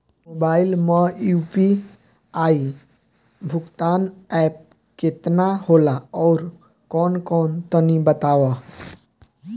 Mobile म UPI भुगतान app केतना होला आउरकौन कौन तनि बतावा?